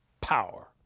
power